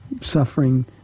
suffering